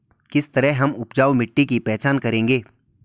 किस तरह हम उपजाऊ मिट्टी की पहचान करेंगे?